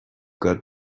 got